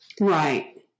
Right